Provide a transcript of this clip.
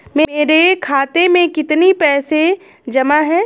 मेरे खाता में कितनी पैसे जमा हैं?